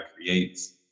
creates